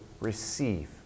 receive